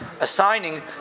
assigning